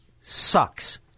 sucks